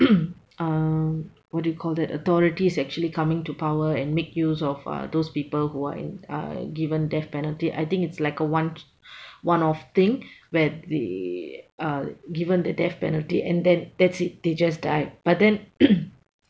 uh what do you call that authorities actually coming to power and make use of uh those people who are in uh given death penalty I think it's like a one t~ one off thing where they uh given the death penalty and then that's it they just die but then